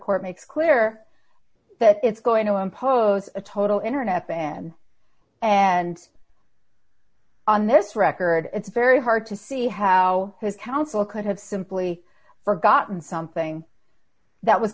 court makes clear that it's going to impose a total internet ban and on this record it's very hard to see how his counsel could have simply forgotten something that was